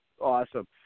Awesome